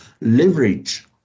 leverage